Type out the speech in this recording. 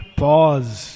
pause